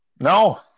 No